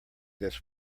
this